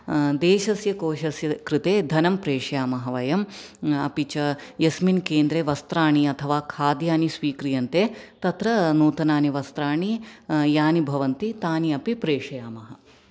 देशस्य कोशस्य कृते धनं प्रेशयामः वयं अपि च यस्मिन् केन्द्रे वस्त्राणि अथवा खाद्यानि स्विक्रियन्ते तत्र नूतनानि वस्त्राणि यानि भवन्ति तानि अपि प्रेषयामः